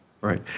Right